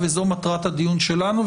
וזו מטרת הדיון שלנו.